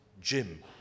Jim